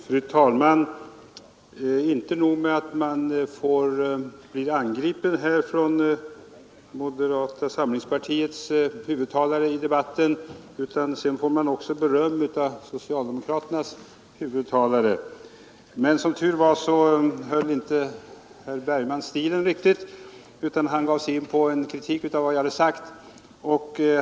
Fru talman! Inte nog med att man här blir angripen från moderata samlingspartiets huvudtalare i debatten. Sedan får man också beröm av socialdemokraternas huvudtalare. Som tur var höll inte herr Bergman stilen riktigt, utan han gav sig in på en kritik av vad jag hade sagt.